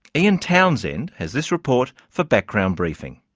ian townsend has this report for background briefing.